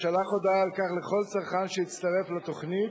שלח הודעה על כך לכל צרכן שהצטרף לתוכנית,